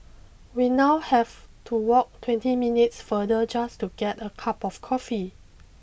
we now have to walk twenty minutes further just to get a cup of coffee